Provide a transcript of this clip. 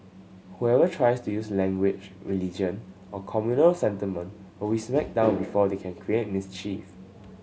whoever tries to use language religion or communal sentiment will be smacked down before they can create mischief